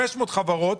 500 חברות,